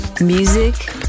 Music